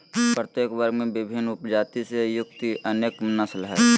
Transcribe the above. प्रत्येक वर्ग में विभिन्न उपजाति से युक्त अनेक नस्ल हइ